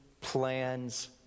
plans